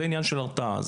זה עניין של הרתעה.